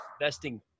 Investing